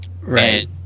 right